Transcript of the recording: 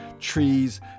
trees